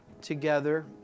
together